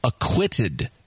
acquitted